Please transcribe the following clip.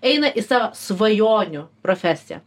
eina į savo svajonių profesiją